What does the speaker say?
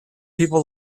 people